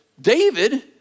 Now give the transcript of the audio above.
David